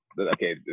Okay